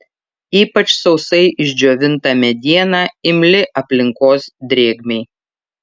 ypač sausai išdžiovinta mediena imli aplinkos drėgmei